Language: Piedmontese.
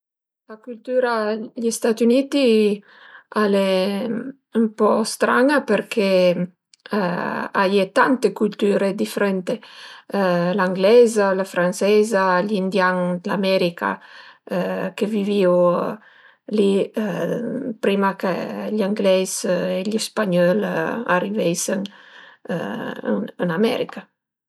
La cültüra dë gli Stati Uniti al e ën po stran-a perché a ie tante cültüre difrënte: l'angleiza, la franseiza, gli indian dë l'America che vivìu li prima che gli angleis e gli spagnöl ariveisën ën America